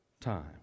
time